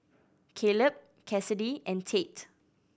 Kaleb Cassidy and Tate